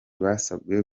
basabwe